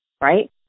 right